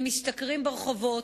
הם משתכרים ברחובות,